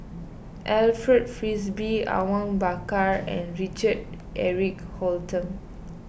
Alfred Frisby Awang Bakar and Richard Eric Holttum